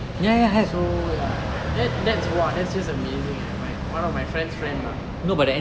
so ya that that's !wah! that's just amazing eh my one of my friend's friend lah